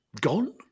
gone